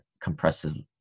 compresses